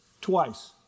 twice